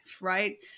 right